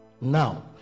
now